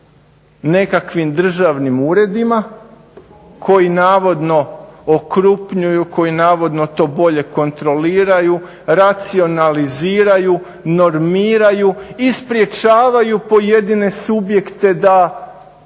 nekakvim državnim uredima koji navodno okrupnjuju, koji navodno to bolje kontroliraju, racionaliziraju, normiraju i sprječavaju pojedine subjekte da